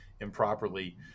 improperly